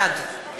בעד